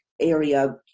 area